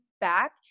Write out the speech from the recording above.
back